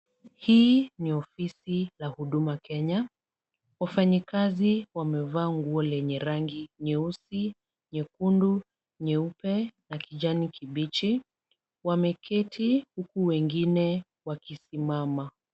Hii ni ofisi la Huduma Kenya. Wafanyikazi wamevaa nguo lenye rangi nyeusi, nyekundu, nyeupe na kijani kibichi. Wameketi huku wengine wakisimama.